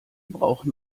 brauchen